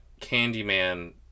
Candyman